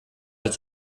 als